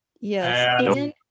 yes